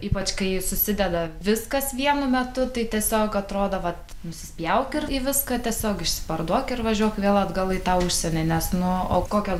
ypač kai susideda viskas vienu metu tai tiesiog atrodo vat nusispjauk ir į viską tiesiog išsiparduok ir važiuok vėl atgal į tą užsienį nes nu o kokią